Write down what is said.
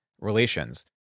relations